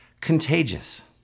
contagious